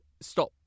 stop